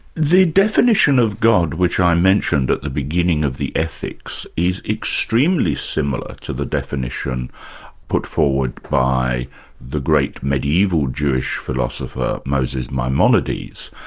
the definition of god which i mentioned at the beginning of the ethics, is extremely similar to the definition put forward by the great mediaeval jewish philosopher, moses maimonides.